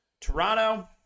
Toronto